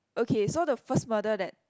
okay so the first murder that